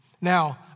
Now